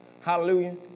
Hallelujah